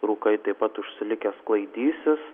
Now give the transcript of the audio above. rūkai taip pat užsilikę sklaidysis